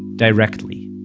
directly